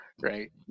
Right